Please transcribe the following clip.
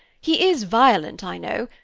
he is violent, i know,